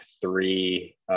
three